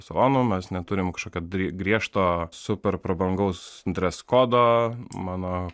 salono mes neturim kažkokio grie griežto super prabangaus dres kodo mano